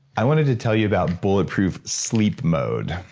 i wanted to tell you about bulletproof sleep mode.